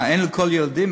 מה, אין לכל הילדים?